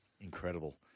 incredible